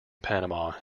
panama